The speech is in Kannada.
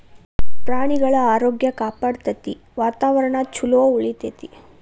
ಪ್ರಾಣಿಗಳ ಆರೋಗ್ಯ ಕಾಪಾಡತತಿ, ವಾತಾವರಣಾ ಚುಲೊ ಉಳಿತೆತಿ